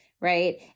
right